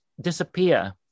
disappear